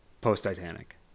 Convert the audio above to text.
post-Titanic